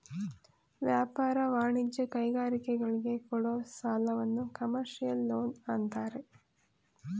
ವ್ಯಾಪಾರ, ವಾಣಿಜ್ಯ, ಕೈಗಾರಿಕೆಗಳಿಗೆ ಕೊಡೋ ಸಾಲವನ್ನು ಕಮರ್ಷಿಯಲ್ ಲೋನ್ ಅಂತಾರೆ